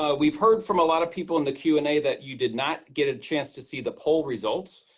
ah we've heard from a lot of people in the q and a that you did not get a chance to see the poll results.